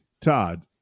Todd